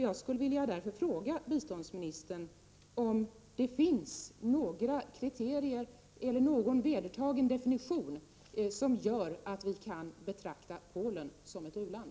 Jag skulle därför vilja fråga biståndsministern om det finns några kriterier eller någon vedertagen definition som gör att vi kan betrakta Polen som ett u-land.